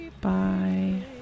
bye